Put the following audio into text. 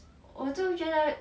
我都觉得